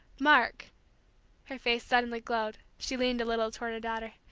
mark her face suddenly glowed, she leaned a little toward her daughter,